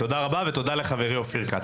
תודה לחברי אופיר כץ.